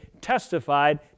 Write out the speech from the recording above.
testified